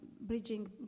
bridging